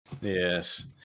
Yes